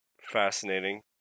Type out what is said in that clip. Fascinating